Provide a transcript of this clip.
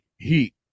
Heat